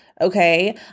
Okay